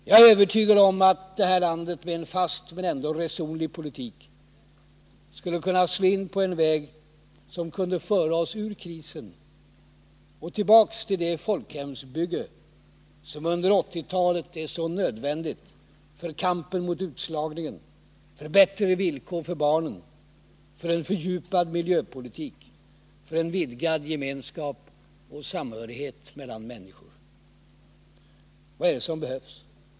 Jag är övertygad om att det här landet med en fast men ändå resonlig politik skulle kunna slå in på en väg som kunde föra oss ur krisen och tillbaka till det folkhemsbygge som under 1980-talet är så nödvändigt för kampen mot utslagningen, för bättre villkor för barnen, för en fördjupad miljöpolitik, för en vidgad gemenskap och samhörighet mellan människor. Vad är det som behövs?